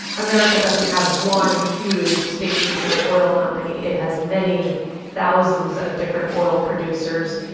america doesn't have one huge state controlled oil company, it has many thousands of different oil producers.